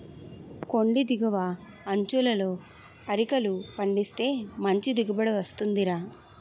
కొండి దిగువ అంచులలో అరికలు పండిస్తే మంచి దిగుబడి వస్తుందిరా